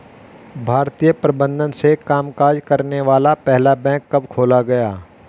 भारतीय प्रबंधन से कामकाज करने वाला पहला बैंक कब खोला गया?